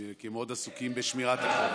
כי הם מאוד עסוקים בשמירת החוק.